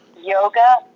yoga